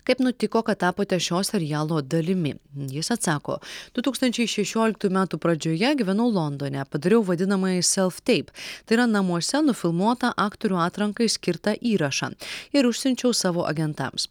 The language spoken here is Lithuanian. kaip nutiko kad tapote šio serialo dalimi jis atsako du tūkstančiai šešioliktųjų metų pradžioje gyvenau londone padariau vadinamąjį self teip tai yra namuose nufilmuotą aktorių atrankai skirtą įrašą ir išsiunčiau savo agentams